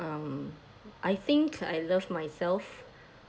um I think I love myself